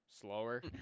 Slower